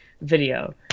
video